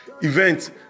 event